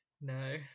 No